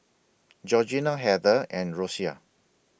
Georgina Heather and Rosia